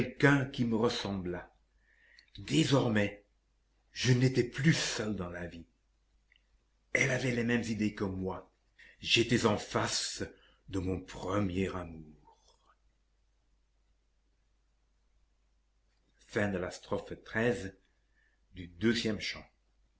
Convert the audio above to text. quelqu'un qui me ressemblât désormais je n'étais plus seul dans la vie elle avait les mêmes idées que moi j'étais en face de mon premier amour